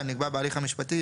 נקבע בהליך המשפטי,